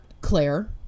Claire